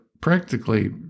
practically